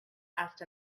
asked